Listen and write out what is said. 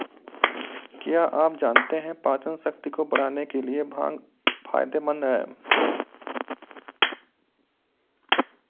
क्या आप जानते है पाचनशक्ति को बढ़ाने के लिए भांग फायदेमंद है?